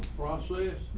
process